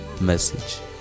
message